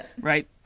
right